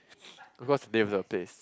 because they have taste